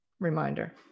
reminder